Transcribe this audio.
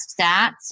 stats